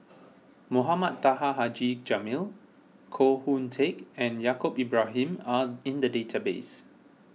Mohamed Taha Haji Jamil Koh Hoon Teck and Yaacob Ibrahim are in the database